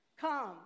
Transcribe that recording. Come